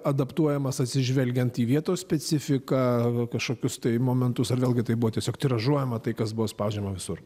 adaptuojamas atsižvelgiant į vietos specifiką kažkokius tai momentus ar vėlgi tai buvo tiesiog tiražuojama tai kas buvo spaudžiama visur